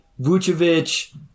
Vucevic